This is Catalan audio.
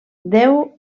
déu